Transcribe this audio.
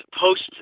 post